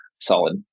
solid